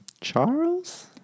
Charles